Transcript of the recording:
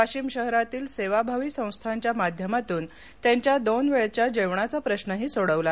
वाशिम शहरातील सेवाभावी संस्थांच्या माध्यमातून त्यांच्या दोन वेळेचे जेवणाचा प्रश्नही सोडविला